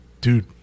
Dude